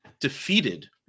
defeated